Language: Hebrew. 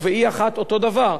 וב-1E אותו דבר.